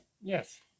yes